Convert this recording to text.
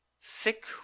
sick